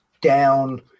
down